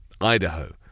Idaho